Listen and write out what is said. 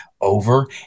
over